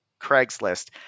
Craigslist